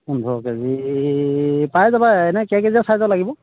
পোন্ধৰ কেজি পাই যাবা এনেই কেই কেজি চাইজৰ লাগিব